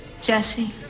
Jesse